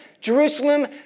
Jerusalem